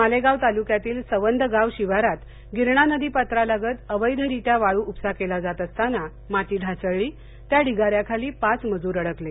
मालेगाव तालुक्यातील सवंदगाव शिवारात गिरणा नदीपात्रालगत अवध्यीत्या वाळू उपसा केला जात असताना माती ढासळली त्या ढिगाऱ्याखाली पाच मजूर अडकले